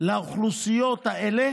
לאוכלוסיות האלה